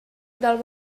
del